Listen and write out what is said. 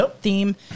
theme